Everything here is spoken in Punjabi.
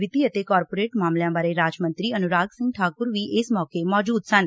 ਵਿੱਤੀ ਅਤੇ ਕਾਰਪੋਰੇਟ ਮਾਮਲਿਆਂ ਬਾਰੇ ਰਾਜ ਮੰਤਰੀ ਅਨੁਰਾਗ ਸਿੰਘ ਠਾਕੁਰ ਵੀ ਇਸ ਮੌਕੇ ਮੌਜੁਦ ਸਨ